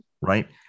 right